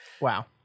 Wow